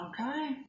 Okay